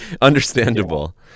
Understandable